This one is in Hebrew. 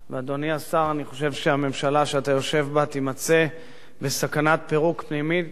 אני חושב שהממשלה שאתה יושב בה תימצא בסכנת פירוק פנימית ופיצוץ פנימי,